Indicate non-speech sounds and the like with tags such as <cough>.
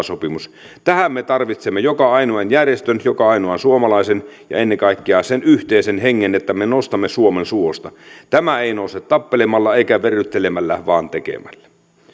<unintelligible> sopimus tähän me tarvitsemme joka ainoan järjestön joka ainoan suomalaisen ja ennen kaikkea sen yhteisen hengen että me nostamme suomen suosta tämä ei nouse tappelemalla eikä verryttelemällä vaan tekemällä